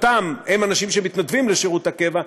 "אותם" הם אנשים שמתנדבים לשירות קבע,